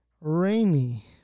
rainy